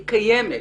היא קיימת,